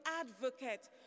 advocate